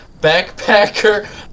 backpacker